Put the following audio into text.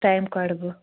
time کَڑٕ بہٕ